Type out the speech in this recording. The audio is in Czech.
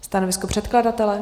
Stanovisko předkladatele?